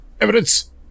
evidence